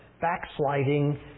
backsliding